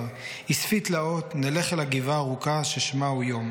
// אספי תלאות // נלך אל הגבעה הארוכה / ששמה הוא יום".